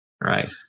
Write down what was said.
Right